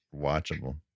watchable